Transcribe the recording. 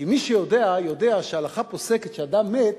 כי מי שיודע יודע שההלכה פוסקת: כשאדם מת,